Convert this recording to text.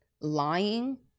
lying